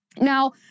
Now